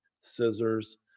scissors